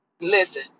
Listen